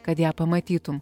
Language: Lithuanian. kad ją pamatytum